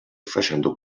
facendo